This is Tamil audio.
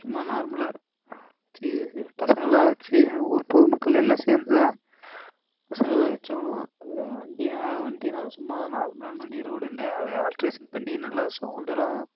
சும்மா நார்மலாக சே பசங்கள்லாம் வச்சி ஊர் பொதுமக்கள் எல்லாம் சேர்ந்துதான் பசங்கள்லாம் வச்சோம் வண்டினால் வண்டினாலும் சும்மா நார்மலான வண்டி ரோடு இல்லை அது ஆல்ட்ரேஷன் பண்ணி நல்லா சவுண்டெல்லாம்